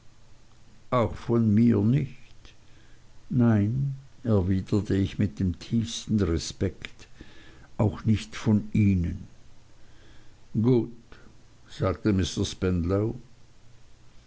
auch von mir nicht nein erwiderte ich mit dem tiefsten respekt auch nicht von ihnen gut sagte mr